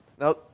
Now